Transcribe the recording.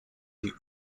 die